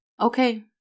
Okay